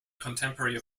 contemporary